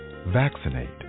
Vaccinate